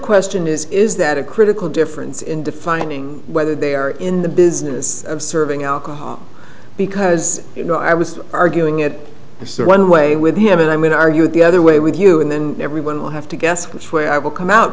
question is is that a critical difference in defining whether they are in the business of serving alcohol because you know i was arguing it one way with him and i mean argue the other way with you and then everyone will have to guess which way i will come out